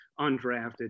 undrafted